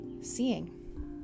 Seeing